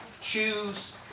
choose